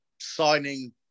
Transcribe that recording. signing